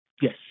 yes